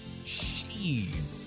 Jeez